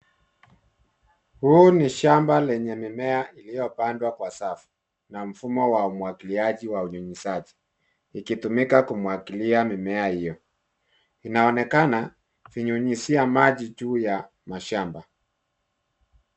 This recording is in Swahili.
Huu ni shamba lenye mimea iliyopandwa kwa safu na mfumo wa umwagiliaji wa unyunyiziaji ikitumika kumwagilia mimea hiyo. Inaonekana vinyunyizia maji juu ya mashamba.